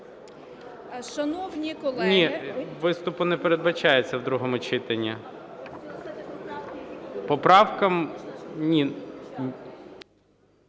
Виступу не передбачається в другому читанні.